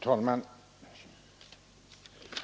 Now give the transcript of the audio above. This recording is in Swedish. Herr talman!